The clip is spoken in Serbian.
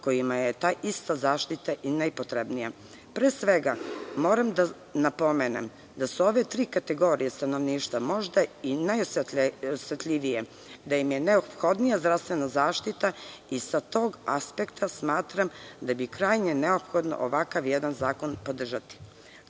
kojima je ta ista zaštita i najpotrebnija. Pre svega, moram da napomenem da su ove tri kategorije stanovništva možda i najosetljivije, da im je neophodnija zdravstvena zaštita i sa tog aspekta smatram da bi krajnje neophodno ovakav jedan zakon trebalo